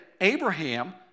Abraham